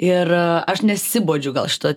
ir aš nesibodžiu gal šito